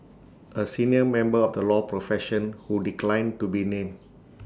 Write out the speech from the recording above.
A senior member of the law profession who declined to be named